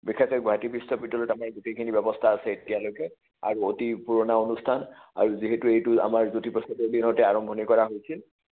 বিশেষকৈ গুৱাহাটী বিশ্ববিদ্যালয়ত আমি গোটেইখিনি ব্যৱস্থা আছে এতিয়ালৈকে আৰু অতি পুৰণা অনুস্থান আৰু যিহেতু এইটো আমাৰ জ্যোতিপ্ৰসাদৰ দিনতে আৰম্ভণি কৰা হৈছিল